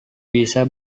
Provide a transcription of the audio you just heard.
bisa